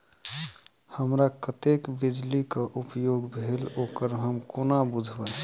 हमरा कत्तेक बिजली कऽ उपयोग भेल ओकर हम कोना बुझबै?